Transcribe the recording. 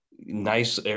nice